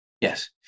Yes